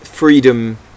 freedom